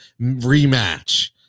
rematch